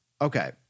okay